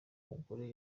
mugore